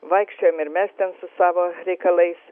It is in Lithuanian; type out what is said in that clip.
vaikščiojome ir mes ten su savo reikalais